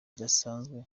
idasanzwe